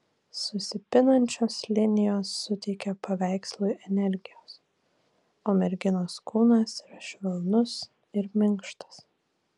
susipinančios linijos suteikia paveikslui energijos o merginos kūnas yra švelnus ir minkštas